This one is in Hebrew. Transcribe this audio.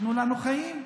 תנו לנו חיים,